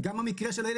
גם המקרה שלו,